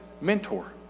mentor